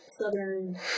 southern